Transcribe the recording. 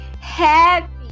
happy